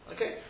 Okay